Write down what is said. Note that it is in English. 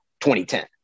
2010